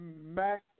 mac